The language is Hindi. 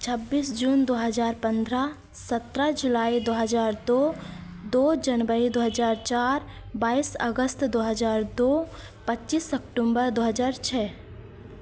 छब्बीस जून दो हज़ार पन्द्रह सत्रह जुलाई दो हज़ार दो दो जनवरी दो हज़ार चार बाइस अगस्त दो हज़ार दो पच्चीस सेप्टेम्बर दो हज़ार छह